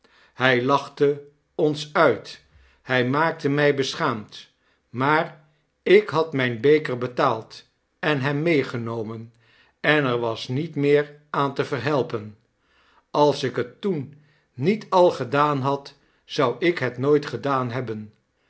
hij lachte ons uit hij maakte mij beschaamd maar ik had mijn beker betaald en hem meegenomen en er was niet meer aan te verhelpen als ik het toen niet al gedaan had zou ik het nooit gedaan hebben